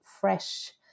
fresh